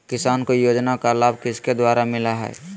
किसान को योजना का लाभ किसके द्वारा मिलाया है?